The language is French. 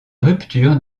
rupture